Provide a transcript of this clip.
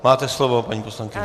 Máte slovo, paní poslankyně.